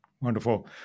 Wonderful